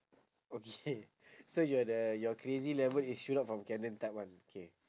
okay so you're the your crazy level is shoot out from cannon type [one] K